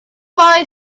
buy